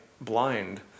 blind